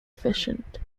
efficient